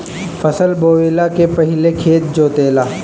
फसल बोवले के पहिले खेत जोताला